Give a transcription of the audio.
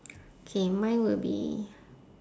K mine will be